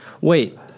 Wait